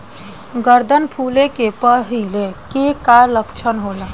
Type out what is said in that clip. गर्दन फुले के पहिले के का लक्षण होला?